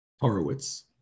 Horowitz